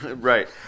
right